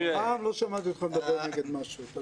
אף פעם לא שמעתי אותך מדבר נגד משהו...